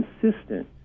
consistent